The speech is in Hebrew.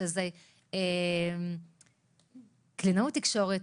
שזה קלינאות תקשורת,